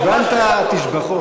קיבלת תשבחות.